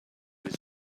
his